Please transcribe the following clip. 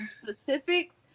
specifics